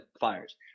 fires